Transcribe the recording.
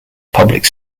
public